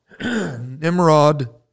Nimrod